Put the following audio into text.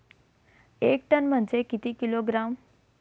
एक टन म्हनजे किती किलोग्रॅम?